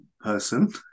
person